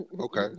Okay